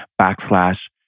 backslash